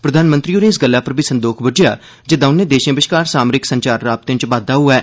प्रधानमंत्री होरें इस गल्लै उप्पर बी संदोख बुज्जेआ जे दौने देशें बश्कार सामरिक संचार राबतें च बाद्दा होआ ऐ